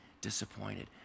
disappointed